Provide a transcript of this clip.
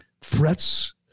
threats